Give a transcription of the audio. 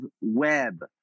web